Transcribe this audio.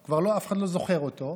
אף אחד כבר לא זוכר את האירוע,